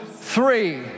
three